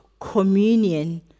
communion